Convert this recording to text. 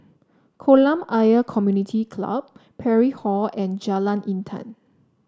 Kolam Ayer Community Club Parry Hall and Jalan Intan